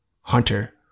Hunter